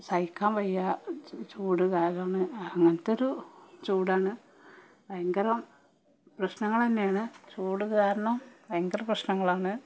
സഹിക്കാൻ വയ്യ ചൂട് കാരണം അങ്ങനത്തെ ഒരു ചൂടാണ് ഭയങ്കരം പ്രശ്നങ്ങൾ തന്നെയാണ് ചൂട് കാരണം ഭയങ്കര പ്രശ്നങ്ങളാണ്